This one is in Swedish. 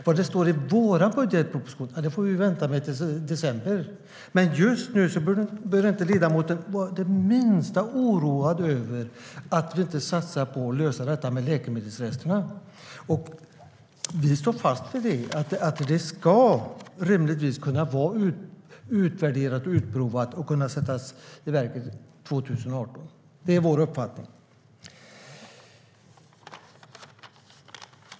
Vad det står i vår budgetproposition får vi vänta med till i december, men just nu behöver ledamoten inte vara det minsta oroad över att vi inte satsar på att lösa detta med läkemedelsresterna. Vi står fast vid att det rimligtvis ska vara utvärderat och utprovat och kunna sättas i verket 2018. Det är vår uppfattning.